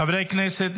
חברי הכנסת,